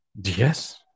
Yes